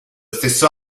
stesso